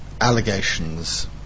allegations